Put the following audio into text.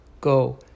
Go